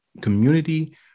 community